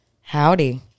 Howdy